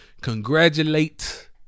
Congratulate